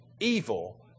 evil